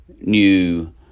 new